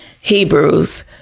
Hebrews